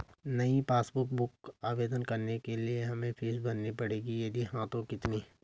नयी passbook book आवेदन के लिए क्या हमें फीस भरनी पड़ेगी यदि हाँ तो कितनी?